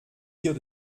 dire